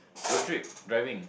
road trip driving